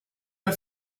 her